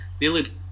nearly